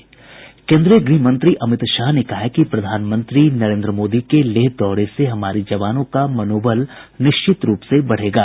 केन्द्रीय गृहमंत्री अमित शाह ने कहा है कि प्रधानमंत्री नरेन्द्र मोदी के लेह दौरे से हमारे जवानों का मनोबल निश्चित रूप से बढ़ेगा